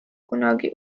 kunagi